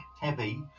heavy